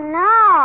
no